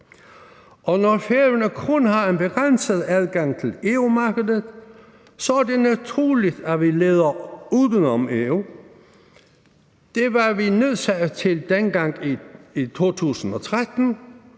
Når Færøerne kun har en begrænset adgang til EU-markedet, er det naturligt, at vi leder uden om EU. Det var vi nødsaget til dengang i 2013,